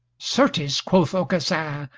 certes, quoth aucassin,